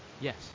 Yes